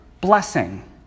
blessing